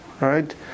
right